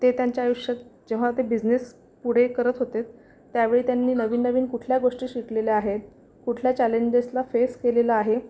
ते त्यांच्या आयुष्यात जेव्हा ते बिझनेस पुढे करत होते त्या वेळी त्यांनी नवीन नवीन कुठल्या गोष्टी शिकलेल्या आहे कुठल्या चॅलेंजेसला फेस केलेलं आहे